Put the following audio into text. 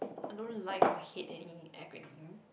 I don't like or hate any acronym